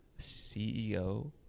CEO